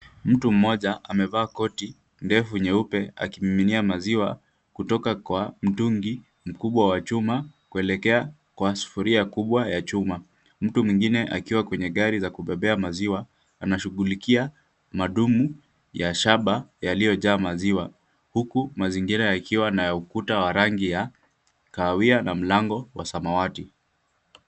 Mtu mmoja amevaa koti ndefu nyeupe akimiminia maziwa kutoka kwa mtungi mkubwa wa chuma kuelekea kwa sufuria kubwa ya chuma. Mtu mwingine akiwa kwenye gari za kubebea maziwa anashughulikia madumu ya shaba yaliyojaa maziwa huku mazingira yakiwa na ukuta wa rangi ya kahawia na mlango wa samawati.